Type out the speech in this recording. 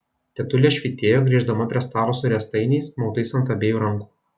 tetulė švytėjo grįždama prie stalo su riestainiais mautais ant abiejų rankų